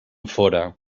fóra